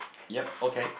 yup okay